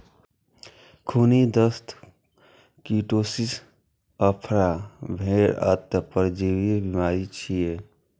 खूनी दस्त, कीटोसिस, आफरा भेड़क अंतः परजीवी बीमारी छियै